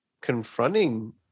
confronting